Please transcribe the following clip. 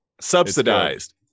subsidized